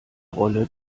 rolle